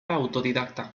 autodidacta